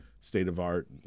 state-of-art